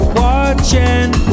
watching